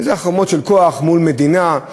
אלה חרמות של כוח מול מדינה,